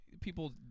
people